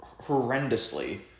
horrendously